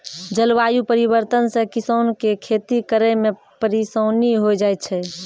जलवायु परिवर्तन से किसान के खेती करै मे परिसानी होय जाय छै